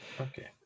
Okay